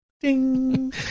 Ding